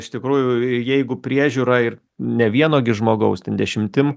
iš tikrųjų jeigu priežiūra ir ne vieno gi žmogaus ten dešimtim